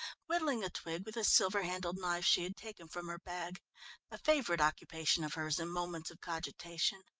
whittling a twig with a silver-handled knife she had taken from her bag a favourite occupation of hers in moments of cogitation.